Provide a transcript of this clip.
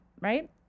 right